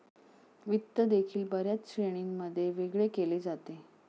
वित्त देखील बर्याच श्रेणींमध्ये वेगळे केले जाते